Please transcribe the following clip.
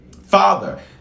Father